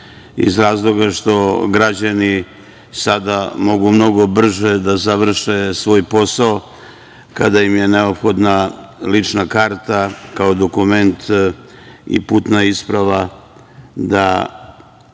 iz razloga što građani sada mogu mnogo brže da završe svoj posao kada im je neophodna lična karta kao dokument i putna isprava da